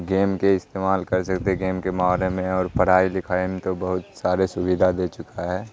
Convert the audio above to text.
game کے استعمال کر سکتے گیم کے میں اور پڑھائی لکھائی میں تو بہت سارے سویدھا دے چکا ہے